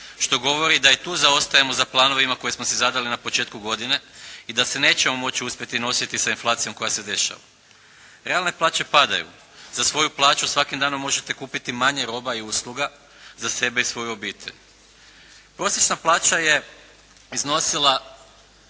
što govori da i tu zaostajemo za planovima koje smo si zadali na početku godine i da se nećemo moći uspjeti nositi sa inflacijom koja se dešava. Realne plaće padaju. Za svoju plaću svakim danom možete kupiti manje roba i usluga za sebe i svoju obitelj. Prosječna plaća je iznosila